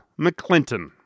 McClinton